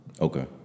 Okay